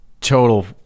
total